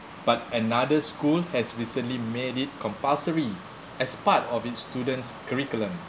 but another school has recently made it compulsory as part of its students curriculum